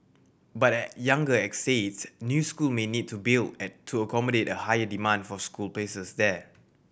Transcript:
but at younger estates new school may need to built at to accommodate a higher demand for school places there